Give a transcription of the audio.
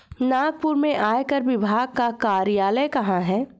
नागपुर में आयकर विभाग का कार्यालय कहाँ है?